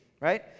right